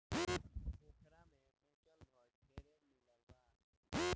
पोखरा में मुलच घर ढेरे मिलल बा